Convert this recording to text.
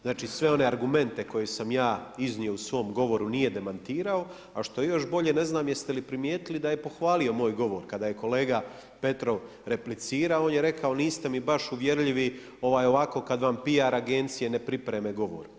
Znači sve one argumente koje sam ja iznio u svom govoru nije demantirao a što je još bolje, ne znam jeste li primijetili da je pohvalio moj govor kada je kolega Petrov replicirao, on je rekao niste mi baš uvjerljivi ovako kada vam PR agencije ne pripreme govore.